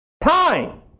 Time